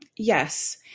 Yes